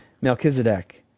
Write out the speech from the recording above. Melchizedek